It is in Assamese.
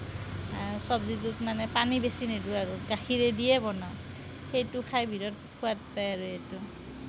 চব্জীটোত মানে পানী বেছি নিদিওঁ আৰু গাখীৰেদিয়েই বনাওঁ সেইটো খাই বিৰাট সোৱাদ পায় আৰু ইহঁতে